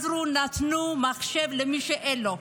שעזרו, נתנו מחשב למי שאין לו.